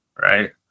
right